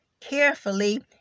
carefully